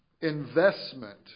investment